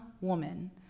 woman